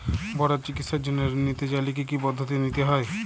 বড় চিকিৎসার জন্য ঋণ নিতে চাইলে কী কী পদ্ধতি নিতে হয়?